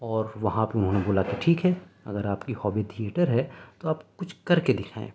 اور وہاں پہ انہوں نے بولا کہ ٹھیک ہے اگر آپ کی ہابی تھئیٹر ہے تو آپ کچھ کر کے دکھائیں